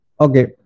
Okay